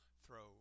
throw